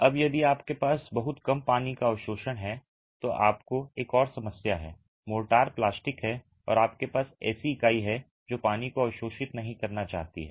अब यदि आपके पास बहुत कम पानी का अवशोषण है तो आपको एक और समस्या है मोर्टार प्लास्टिक है और आपके पास ऐसी इकाई है जो पानी को अवशोषित नहीं करना चाहती है